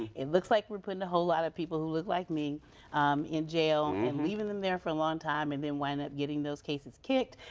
it looks like we're putting a whole lot of people who look like me in jail and leaving them there for a long time, and then winding up getting those cases kicked.